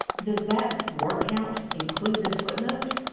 does that word count include this footnote?